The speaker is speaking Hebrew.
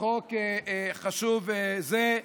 חוק חשוב זה,